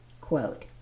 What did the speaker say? Quote